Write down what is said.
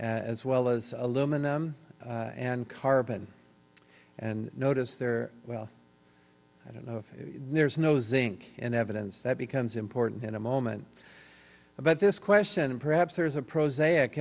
as well as aluminum and carbon and noticed there well i don't know if there's no zinc in evidence that becomes important in a moment about this question and perhaps there is a pro